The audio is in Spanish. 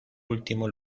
último